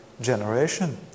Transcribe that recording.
generation